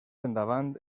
endavant